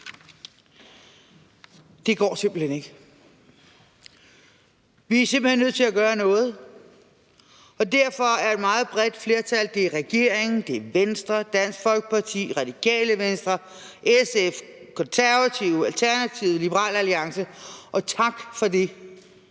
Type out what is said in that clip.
det går simpelt hen ikke. Vi er simpelt hen nødt til at gøre noget, og derfor er der et meget bredt flertal – det er regeringen, det er Venstre, Dansk Folkeparti, Radikale Venstre, SF, Konservative, Alternativet, Liberal Alliance – og tak for det!